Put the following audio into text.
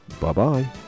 Bye-bye